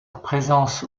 présence